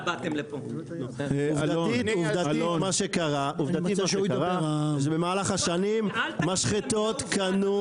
עובדתית מה שקרה זה שבמהלך השנים משחטות קנו